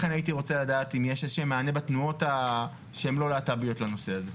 לכן הייתי רוצה לדעת אם יש מענה בתנועות שהן לא להט"ביות בנושא הזה.